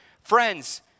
friends